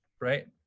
right